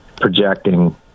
projecting